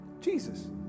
Jesus